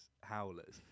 howlers